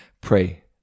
pray